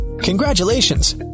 Congratulations